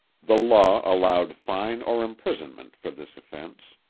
the law allowed fine or imprisonment for this offense.